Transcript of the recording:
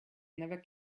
never